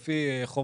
זה לפי חוברות.